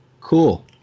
Cool